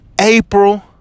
April